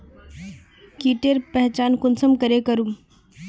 कीटेर पहचान कुंसम करे करूम?